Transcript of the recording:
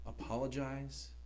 apologize